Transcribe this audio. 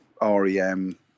rem